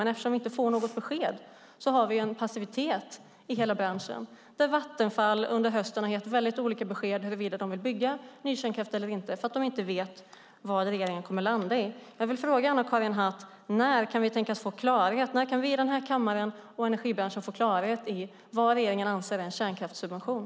Men eftersom vi inte får något besked har vi en passivitet i hela branschen. Vattenfall har under hösten gett väldigt olika besked om huruvida de vill bygga ny kärnkraft eller inte eftersom de inte vet vad regeringen kommer att landa i. Jag vill fråga Anna-Karin Hatt: När kan vi tänkas få klarhet? När kan vi i den här kammaren och energibranschen få klarhet i vad regeringen anser är en kärnkraftssubvention?